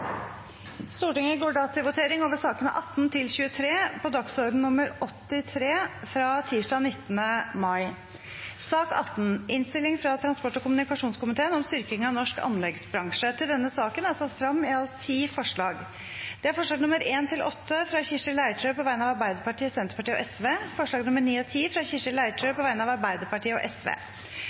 Stortinget gå til votering over sakene nr. 18–23 fra møtet den 19. mai. Under debatten er det satt frem i alt ti forslag. Det er forslagene nr. 1–8, fra Kirsti Leirtrø på vegne av Arbeiderpartiet, Senterpartiet og Sosialistisk Venstreparti forslagene nr. 9 og 10, fra Kirsti Leirtrø på vegne av Arbeiderpartiet og